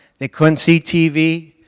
they couldn't see tv,